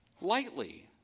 lightly